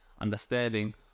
understanding